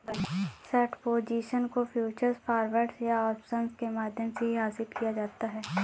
short position को futures, forwards या options के माध्यम से भी हासिल किया जाता है